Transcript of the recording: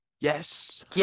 Yes